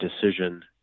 decision